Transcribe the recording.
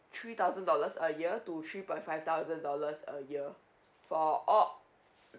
three thousand dollars a year to three point five thousand dollars a year for all